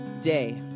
day